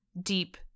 deep